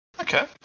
Okay